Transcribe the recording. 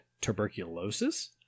tuberculosis